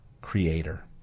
Creator